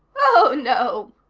oh, no,